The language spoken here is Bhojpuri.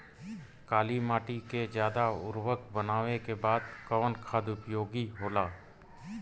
काली माटी के ज्यादा उर्वरक बनावे के बदे कवन खाद उपयोगी होला?